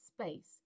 space